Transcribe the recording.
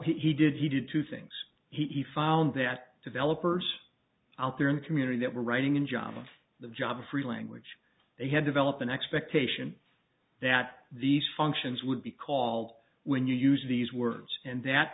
he did he did two things he found that developers out there in the community that were writing in job of the job free language they had developed an expectation that these functions would be called when you use these words and that